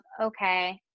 okay